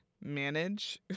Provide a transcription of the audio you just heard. manage